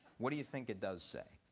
what do you think it does say?